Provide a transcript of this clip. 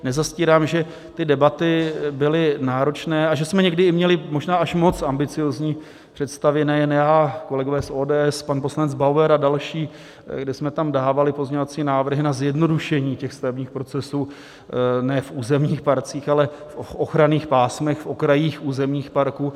Nezastírám, že ty debaty byly náročné a že jsme někdy měli možná až moc ambiciózní představy, nejen já, ale kolegové z ODS, pan poslanec Bauer a další, kde jsme tam dávali pozměňovací návrhy na zjednodušení stavebních procesů ne v územních parcích, ale v ochranných pásmech, v okrajích územních parků.